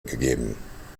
gegeben